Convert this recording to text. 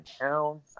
town